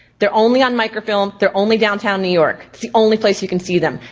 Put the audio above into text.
they're only on microfilm, they're only downtown new york. it's the only place you can see them.